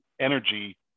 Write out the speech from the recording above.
energy